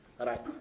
Right